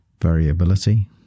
variability